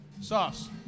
sauce